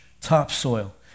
topsoil